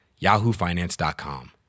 yahoofinance.com